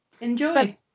enjoy